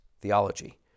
theology